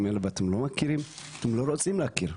האלה ואתם לא מכירים ואתם לא רוצים להכיר,